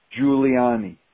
Giuliani